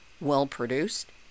well-produced